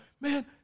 man